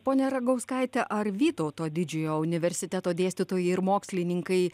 ponia ragauskaite ar vytauto didžiojo universiteto dėstytojai ir mokslininkai